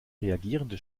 reagierende